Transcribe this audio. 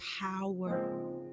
power